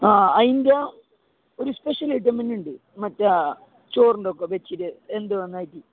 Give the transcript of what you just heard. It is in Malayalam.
ആ അതിൻ്റെ ഒരു സ്പെഷ്യൽ ഐറ്റം തന്നെയുണ്ട് മറ്റേ ചോറിൻറ്റയൊപ്പം വെച്ചിട്ട് എന്തോ ഒന്നാക്കി